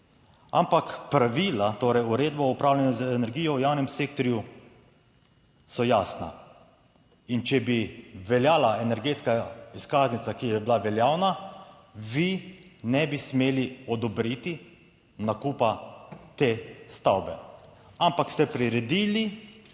Ampak pravila, torej Uredba o upravljanju z energijo v javnem sektorju so jasna in če bi veljala energetska izkaznica, ki je bila veljavna, vi ne bi smeli odobriti nakupa te stavbe, ampak ste priredili